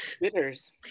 bitters